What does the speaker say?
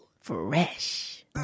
Fresh